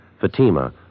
Fatima